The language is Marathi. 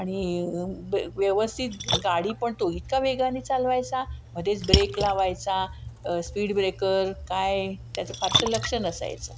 आणि ब व्यवस्थित गाडी पण तो इतका वेगाने चालवायचा मधेच ब्रेक लावायचा स्पीडब्रेकर काय त्याचं फारसं लक्ष नसायचं